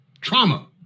Trauma